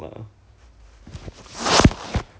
mm ya lor then for fourteen days !wah! a bit